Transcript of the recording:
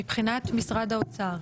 מבחינת משרד האוצר,